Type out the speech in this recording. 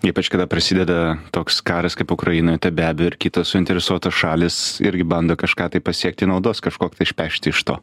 ypač kada prasideda toks karas kaip ukrainoj tai be abejo ir kitos suinteresuotos šalys irgi bando kažką tai pasiekti naudos kažkok išpešti iš to